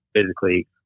physically